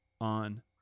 on